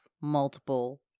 multiple